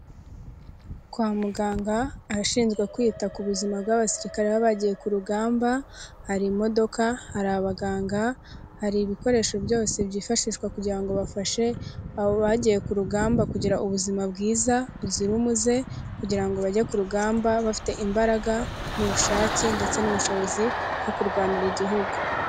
Kwa muganga, abashinjwa kwita ku buzima bw'abasirikare baba bagiye ku rugamba, hari imodoka, hari abaganga, hari ibikoresho byose byifashishwa kugira ngo bafashe abo bagiye ku rugamba kugira ubuzima bwiza buzira umuze, kugira bajye ku rugamba bafite imbaraga n'ubushake ndetse n'ubushobozi bwo kurwanira igihugu.